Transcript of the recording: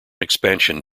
expansion